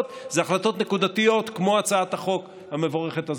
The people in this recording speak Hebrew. זה החלטות נקודתיות כמו הצעת החוק המבורכת הזאת.